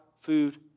food